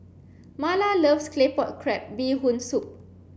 Marla loves Claypot Crab Bee Hoon soup